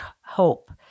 hope